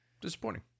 disappointing